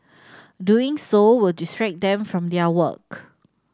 doing so will distract them from their work